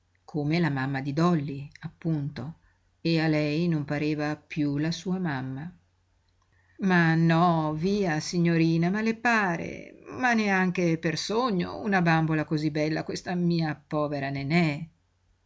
come la mamma di dolly appunto e a lei non pareva piú la sua mamma ma no via signorina ma le pare ma neanche per sogno una bambola cosí bella a questa mia povera nenè